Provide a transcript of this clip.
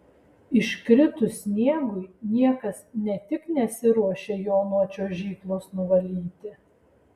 iškritus sniegui niekas ne tik nesiruošia jo nuo čiuožyklos nuvalyti